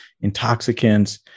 intoxicants